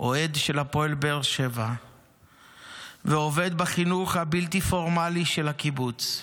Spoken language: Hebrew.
אוהד של הפועל באר שבע ועובד בחינוך הבלתי פורמלי של הקיבוץ.